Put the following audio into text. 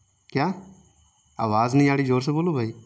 کیا آواز نہیں آ رہی زور سے بولوں بھائی